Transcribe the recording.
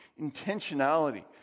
intentionality